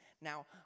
Now